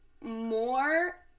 more